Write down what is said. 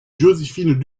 joséphine